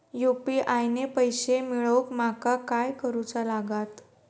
UPI ने पैशे मिळवूक माका काय करूचा लागात?